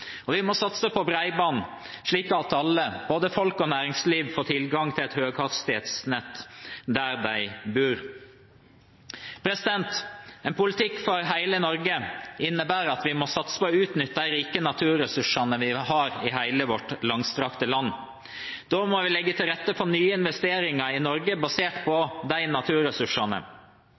infrastruktur. Vi må også satse på bredbånd, slik at alle – både folk og næringsliv – får tilgang til et høyhastighetsnett der de bor. En politikk for hele Norge innebærer at vi må satse på å utnytte de rike naturressursene vi har i hele vårt langstrakte land. Da må vi legge til rette for nye investeringer i Norge basert på de naturressursene.